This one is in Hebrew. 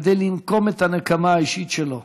כדי לנקום את הנקמה האישית שלו